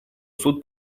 суд